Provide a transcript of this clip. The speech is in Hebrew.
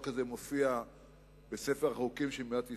הזה מופיע בספר החוקים של מדינת ישראל,